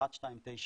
1299,